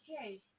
Okay